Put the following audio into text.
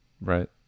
Right